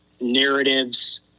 narratives